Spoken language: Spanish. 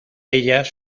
ellas